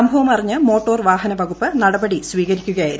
സംഭവം അറിഞ്ഞ് മോട്ടോർ പ്പാഹനവകുപ്പ് നടപടി സ്വീകരിക്കുകയായിരുന്നു